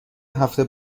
هفته